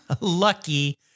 Lucky